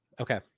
Okay